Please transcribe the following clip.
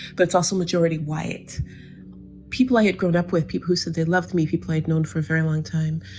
that's also majority white people. i had grown up with people who said they loved me. he played known for a very long time,